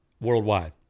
worldwide